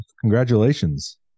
congratulations